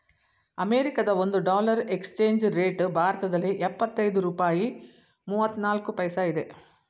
ಅಮೆರಿಕದ ಒಂದು dollar exchange rate ಭಾರತದಲ್ಲಿ ಎಪ್ಪತ್ತೈದು ರೂಪಾಯಿ ಮೂವ್ನಾಲ್ಕು ಪೈಸಾ ಇದೆ